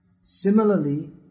Similarly